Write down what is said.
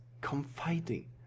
confiding